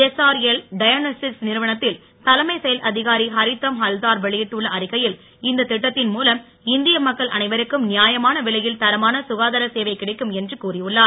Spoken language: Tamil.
எஸ்ஆர்எல் டயக்னோஸ்டிக்ஸ் நிறுவனத்தில் தலைமை செயல் அதிகாரி ஹரித்தம் ஹல்தார் வெளியிட்டுள்ள அறிக்கையில் இந்த திட்டத்தின் மூலம் இந்திய மக்கள் அனைவருக்கும் நியாயமான விலையில் தரமான சுகாதார சேவை கிடைக்கும் என்று கூறியுள்ளார்